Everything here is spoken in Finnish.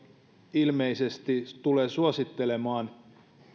ilmeisesti tulee suosittelemaan